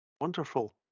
Wonderful